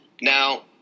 Now